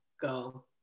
go